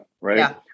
right